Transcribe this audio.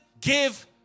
give